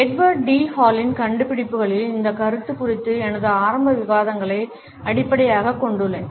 Edward T ஹாலின் கண்டுபிடிப்புகளில் இந்த கருத்து குறித்த எனது ஆரம்ப விவாதங்களை அடிப்படையாகக் கொண்டுள்ளேன்